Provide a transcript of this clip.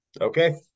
Okay